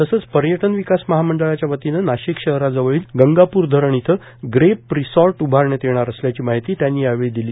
तसच पर्यटन विकास महामंडळाच्या वतीनं नाशिक शहराजवळील गंगाप्र धरण इथं ग्रेप रिसॉर्ट उभारण्यात येणार असल्याची माहिती त्यांनी यावेळी दिली